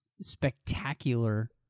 spectacular